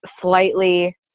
slightly